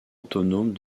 autonome